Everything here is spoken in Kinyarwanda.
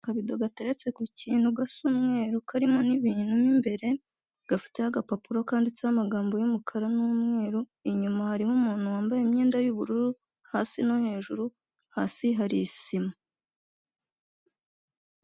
Akabido gateretse ku kintu gasa umweru karimo n'ibintu mo imbere gafiteho agapapuro kanditseho amagambo y'umukara n'umweru, inyuma hariho umuntu wambaye imyenda y'ubururu hasi no hejuru, hasi hari isima.